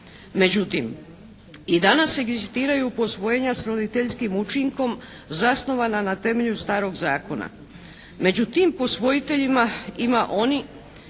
Međutim, i danas egzistiraju posvojenja s roditeljskim učinkom zasnovana na temelju starog zakona. Među tim posvojiteljima ima onih